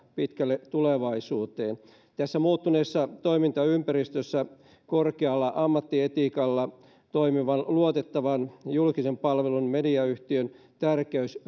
pitkälle tulevaisuuteen tässä muuttuneessa toimintaympäristössä korostuu entisestään korkealla ammattietiikalla toimivan luotettavan julkisen palvelun mediayhtiön tärkeys